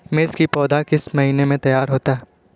मिर्च की पौधा किस महीने में तैयार होता है?